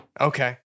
Okay